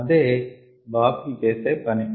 ఇదే బాఫిల్ చేసే పని